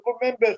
Remember